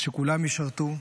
זה שכולם ישרתו.